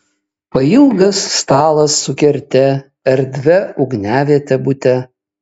pailgas stalas su kerte erdvia ugniaviete bute